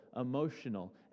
emotional